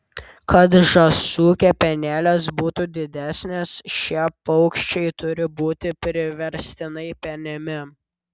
kad žąsų kepenėlės būtų didesnės šie paukščiai turi būti priverstinai penimi